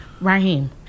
Raheem